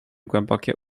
głębokie